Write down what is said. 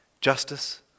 justice